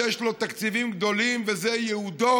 שיש לו תקציבים גדולים וזה ייעודו,